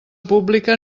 pública